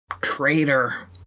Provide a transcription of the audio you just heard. traitor